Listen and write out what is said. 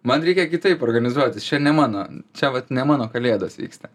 man reikia kitaip organizuotis čia ne mano čia vat ne mano kalėdos vyksta